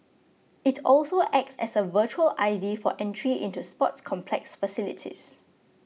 it also acts as a virtual I D for entry into sports complex facilities